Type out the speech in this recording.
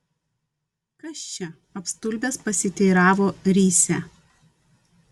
kas čia apstulbęs pasiteiravo risią